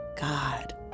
God